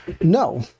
no